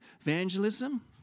evangelism